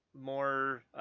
more